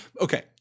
Okay